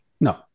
No